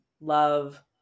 love